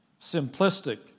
simplistic